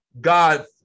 God